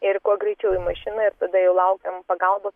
ir kuo greičiau į mašiną ir tada jau laukiam pagalbos